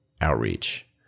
outreach